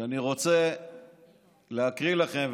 אני רוצה להקריא לכם,